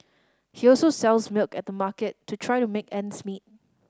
he also sells milk at the market to try to make ends meet